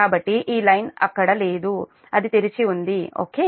కాబట్టి ఈ లైన్ అక్కడ లేదు అది తెరిచి ఉంది ఓకే